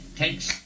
takes